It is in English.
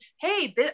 Hey